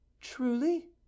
Truly